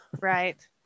Right